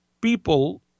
People